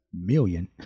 million